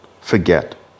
forget